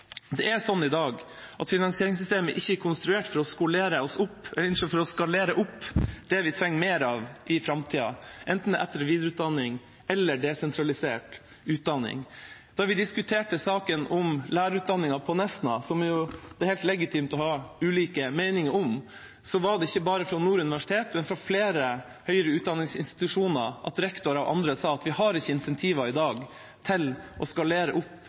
Det er sånn i dag at finansieringssystemet ikke er konstruert for å skalere opp det vi trenger mer av i framtida, enten det er etter- og videreutdanning eller desentralisert utdanning. Da vi diskuterte saken om lærerutdanningen på Nesna, som det jo er helt legitimt å ha ulike meninger om, var det ikke bare fra Nord universitet, men fra flere høyere utdanningsinstitusjoner sagt fra rektorer og andre at vi har ikke insentiver i dag til å skalere opp